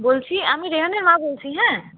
বলছি আমি রেহানের মা বলছি হ্যাঁ